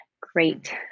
great